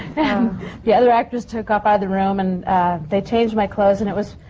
um the other actress took off out of the room. and they changed my clothes. and it was.